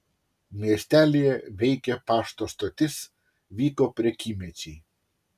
miestelyje veikė pašto stotis vyko prekymečiai